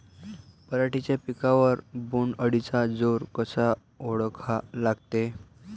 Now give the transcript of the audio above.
पराटीच्या पिकावर बोण्ड अळीचा जोर कसा ओळखा लागते?